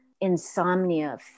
insomnia